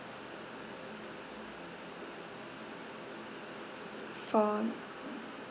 four